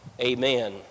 amen